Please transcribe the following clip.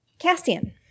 Castian